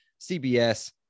CBS